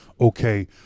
okay